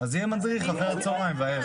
אז יהיה מדריך אחרי הצוהריים והערב.